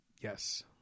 yes